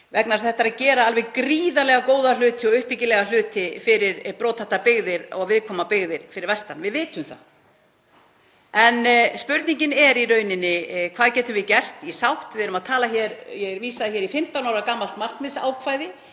þess að þetta er að gera alveg gríðarlega góða og uppbyggilega hluti fyrir brothættar og viðkvæmar byggðir fyrir vestan. Við vitum það. En spurningin er í rauninni: Hvað getum við gert í sátt? Ég vísaði hér í 15 ára gamalt markmiðsákvæði